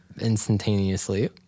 instantaneously